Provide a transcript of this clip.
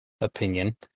opinion